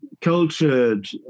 cultured